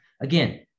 Again